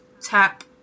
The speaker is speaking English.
tap